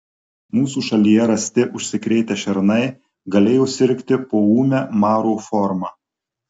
mūsų šalyje rasti užsikrėtę šernai galėjo sirgti poūme maro forma